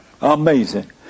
Amazing